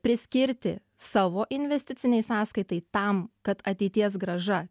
priskirti savo investicinei sąskaitai tam kad ateities grąža